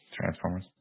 Transformers